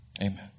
Amen